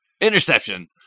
Interception